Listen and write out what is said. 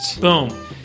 Boom